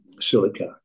silica